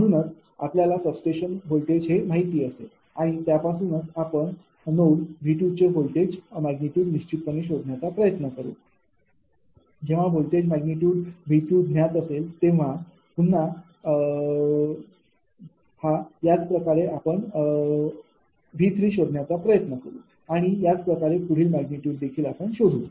म्हणूनच आपल्याला substation voltage माहिती असेल आणि त्यापासून आपण नोड V ची व्होल्टेज मॅग्निट्यूड निश्चितपणे शोधण्याचा प्रयत्न करू जेव्हा व्होल्टेज मॅग्निट्यूड V ज्ञात असेल तेव्हा पुन्हा हा याच प्रकारे आपण व्होल्टेज V शोधण्याचा प्रयत्न करू आणि याच प्रकारे पुढील मॅग्निट्यूड देखील शोधु